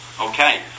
Okay